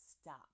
stop